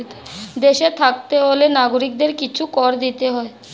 দেশে থাকতে হলে নাগরিকদের কিছু কর দিতে হয়